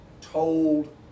told